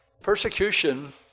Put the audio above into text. persecution